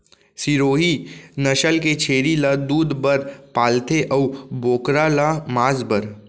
सिरोही नसल के छेरी ल दूद बर पालथें अउ बोकरा ल मांस बर